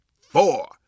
four